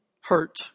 hurt